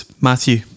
Matthew